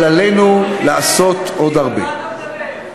אבל עלינו לעשות עוד הרבה.